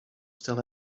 still